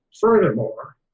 furthermore